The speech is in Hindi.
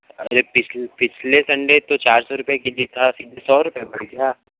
अरे पिछले पिछले संडे तो चार सौ रुपए के जी था सीधे सौ रुपए बढ़ गया